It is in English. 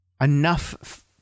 Enough